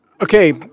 Okay